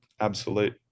absolute